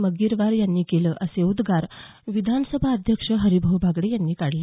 मग्गीरवार यांनी केलं असे उद्गार विधानसभा अध्यक्ष हरिभाऊ बागडे यांनी काढले